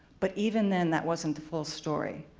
but even then, that wasn't the full story.